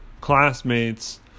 classmates